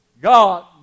God